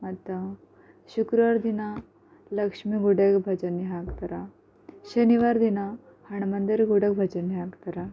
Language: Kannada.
ಮತ್ತು ಶುಕ್ರವಾರ ದಿನ ಲಕ್ಷ್ಮಿ ಗುಡಿಯಾಗ ಭಜನೆ ಹಾಕ್ತಾರೆ ಶನಿವಾರ ದಿನ ಹನುಮಂದಿರ ಗುಡಿಯಾಗ ಭಜನೆ ಹಾಕ್ತಾರೆ